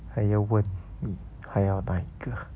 还要问你她要哪一个